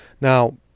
now